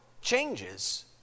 changes